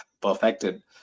perfected